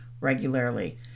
regularly